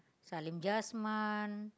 Salim-Jasman